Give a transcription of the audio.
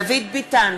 דוד ביטן,